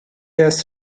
has